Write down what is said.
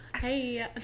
Hey